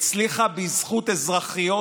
הצליחה בזכות אזרחיות